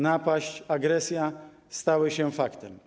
Napaść, agresja stały się faktem.